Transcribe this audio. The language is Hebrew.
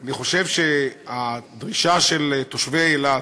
אני חושב שהדרישה של תושבי אילת,